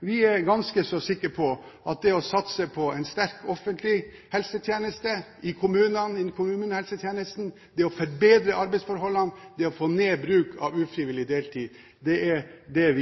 Vi er ganske så sikker på at det å satse på en sterk offentlig helsetjeneste i kommunene, innen kommunehelsetjenesten, er å forbedre arbeidsforholdene, det er å få ned bruk av ufrivillig deltid. Det er det